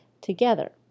together